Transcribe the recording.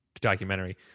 documentary